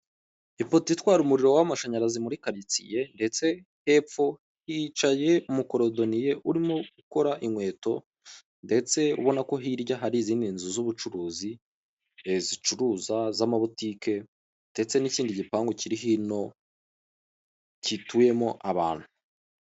Ipoto itwara umuriro w'amashanyarazi muri karitsiye, ndetse hepfo hicaye umukorodoniye urimo ukora inkweto ndetse ubona ko hirya hari izindi nzu z'ubucuruzi zicuruza z'amabutike ndetse n'ikindi gipangu kiri hino gituyemo abantu.